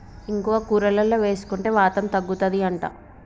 ఇంగువ కూరలల్ల వేసుకుంటే వాతం తగ్గుతది అంట